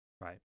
right